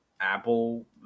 Apple